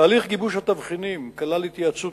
תהליך גיבוש התבחינים כלל התייעצות